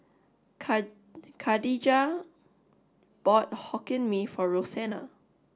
Khadijah bought Hokkien Mee for Rosena